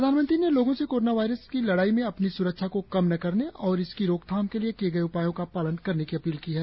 प्रधानमंत्री ने लोगों से कोरोना वायरस से लड़ाई में अपनी स्रक्षा को कम न करने और इसकी रोकथाम के लिए किए गए उपायों का पालन करने की अपील की है